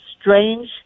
strange